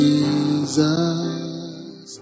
Jesus